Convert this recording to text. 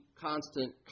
constant